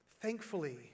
Thankfully